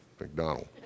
McDonald